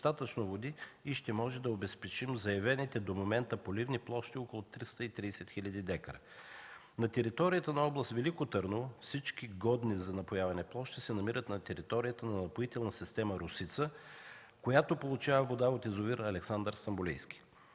и ще можем да обезпечим заявените до момента поливни площи около 330 хил. дка. На територията на област Велико Търново всички годни за напояване площи се намират на територията на Напоителна система „Росица”, която получава вода от язовир „Александър Стамболийски”.